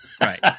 Right